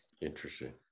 Interesting